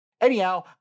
Anyhow